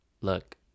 look